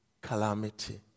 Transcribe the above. calamity